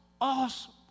awesome